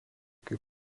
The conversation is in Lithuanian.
kaip